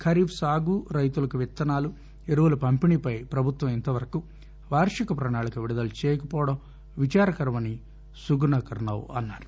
ఖరీఫ్ సాగు రైతులకు విత్తనాలు ఎరువుల పంపిణీపై ప్రభుత్వం ఇంతవరకు వార్షిక ప్రణాళికను విడుదల చేయకపోవడం విచారకరమని సుగుణాకర్ రావు అన్నారు